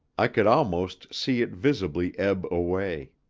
i could almost see it visibly ebb away.